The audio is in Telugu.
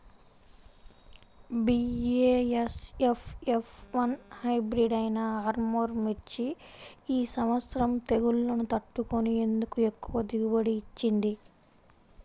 బీ.ఏ.ఎస్.ఎఫ్ ఎఫ్ వన్ హైబ్రిడ్ అయినా ఆర్ముర్ మిర్చి ఈ సంవత్సరం తెగుళ్లును తట్టుకొని ఎందుకు ఎక్కువ దిగుబడి ఇచ్చింది?